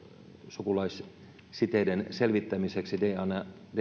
sukulaissiteiden selvittämiseksi dna